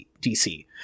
DC